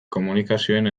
komunikazioen